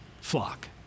flock